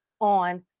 on